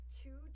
two